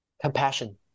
compassion